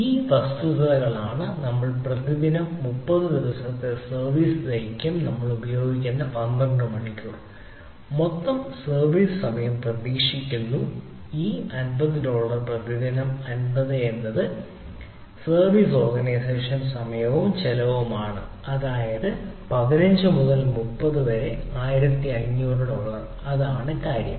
ഈ വസ്തുതകളാണ് നമ്മൾ പ്രതിദിനം 30 ദിവസത്തെ സർവീസ് ദൈർഘ്യം നമ്മൾ ഉപയോഗിക്കുന്ന 12 മണിക്കൂർ മൊത്തം സർവീസ് സമയം പ്രതീക്ഷിക്കുന്നു ഈ 50 ഡോളർ പ്രതിദിനം 50 എന്നത് സർവീസ് നെഗോഷിയേഷൻ സമയവും ചെലവും ആണ് അതായത് 15 മുതൽ 30 വരെ 50 1500 ഡോളർ അതാണ് കാര്യം